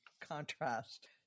contrast